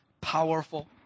powerful